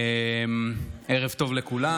ערב טוב לכולם.